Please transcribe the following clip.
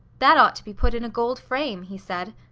that ought to be put in a gold frame, he said.